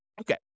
Okay